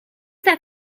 that